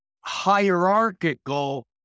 hierarchical